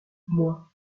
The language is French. moi